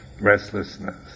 restlessness